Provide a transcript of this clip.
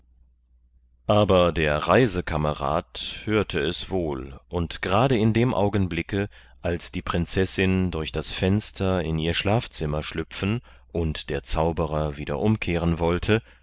aber der reisekamerad hörte es wohl und gerade in dem augenblicke als die prinzessin durch das fenster in ihr schlafzimmer schlüpfen und der zauberer wieder umkehren wollte